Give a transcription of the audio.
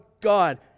God